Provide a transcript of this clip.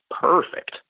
perfect